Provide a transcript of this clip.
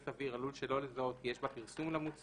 סביר עלול שלא לזהות כי יש בה פרסומת למוצר.